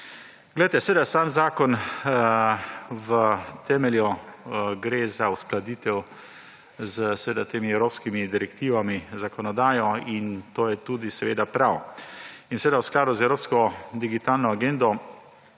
vprašanje. Seveda sam zakon v temelju, gre za uskladitev s temi evropskimi direktivami, z zakonodajo – in to je tudi prav – in seveda v skladu z Evropsko digitalno agendo,